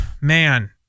man